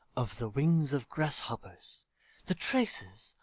of the wings of grasshoppers the traces,